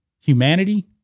humanity